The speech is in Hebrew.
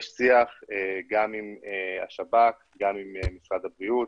יש שיח גם עם השב"כ, גם עם משרד הבריאות,